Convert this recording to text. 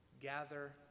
gather